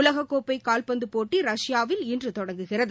உலகக்கோப்பை கால்பந்து போட்டி ரஷ்யாவில் இன்று தொடங்குகிறது